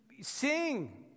Sing